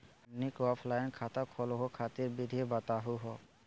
हमनी क ऑफलाइन खाता खोलहु खातिर विधि बताहु हो?